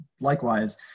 Likewise